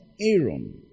Aaron